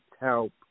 help